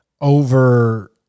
over